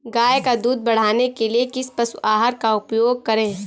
गाय का दूध बढ़ाने के लिए किस पशु आहार का उपयोग करें?